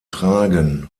tragen